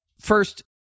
first